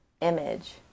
image